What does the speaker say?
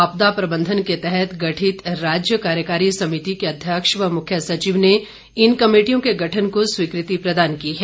आपदा प्रबंधन के तहत गठित राज्य कार्यकारी समिति के अध्यक्ष व मुख्य सचिव ने इन कमेटियों के गठन को स्वीकृति प्रदान की है